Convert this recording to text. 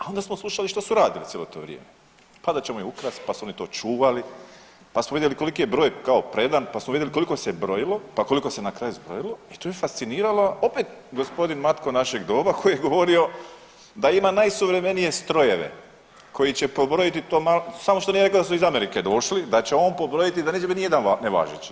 A onda smo slušali što su radili cijelo to vrijeme, pa da ćemo im ukrasti, pa su oni to čuvali, pa su vidjeli koliki je broj kao predan, pa su vidjeli koliko se brojalo, pa koliko se na kraju zbrojilo i to je fasciniralo opet gospodin Matko našeg doba koji je govorio da ima najsuvremenije strojeve koji će pobrojati to malo, samo što nije rekao da su iz Amerike došli, da će on pobrojati da neće biti ni jedan nevažeći.